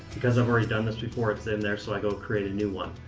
because i've already done this before, it's in there, so i go create a new one.